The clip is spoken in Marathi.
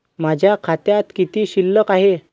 माझ्या खात्यात किती शिल्लक आहे?